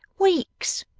weeks,